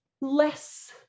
less